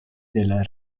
del